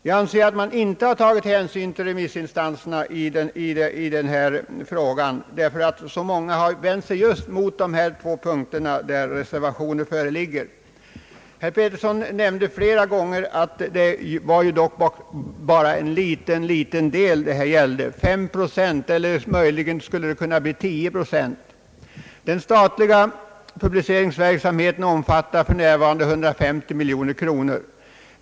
Jag anser att man inte har tagit hänsyn till remissinstanserna i denna fråga, där så många har vänt sig mot förslagen på de två punkter där reservationer föreligger. Herr Petersson sade flera gånger, att det bara var en liten del det här gällde — fem procent eller möjligen tio procent. Den statliga publiceringsverksamheten omfattar för närvarande 150 miljoner kronor.